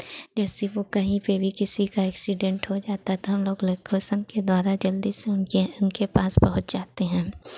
जैसे वो कहीं पे वी किसी का एक्सीडेंट हो जाता था हम लोग लोकेशन के द्वारा जल्दी से उनके उनके पास पहुँच जाते हैं